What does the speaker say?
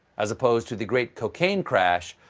as opposed to the great cocaine crash,